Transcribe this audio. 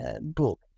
book